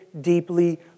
deeply